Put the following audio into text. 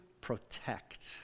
protect